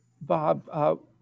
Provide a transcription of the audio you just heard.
Bob